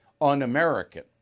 un-American